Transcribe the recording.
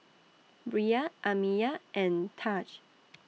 Bria Amiya and Tahj